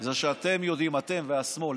זה שאתם יודעים, אתם והשמאל.